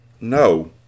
No